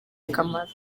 akamaro